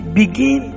begin